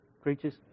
creatures